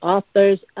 Authors